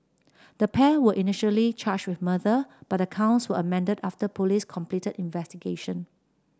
the pair were initially charged with murder but the counts were amended after police completed investigation